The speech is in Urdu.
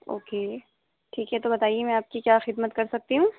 اوکے ٹھیک ہے تو بتائیے میں آپ کی کیا خدمت کر سکتی ہوں